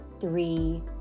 three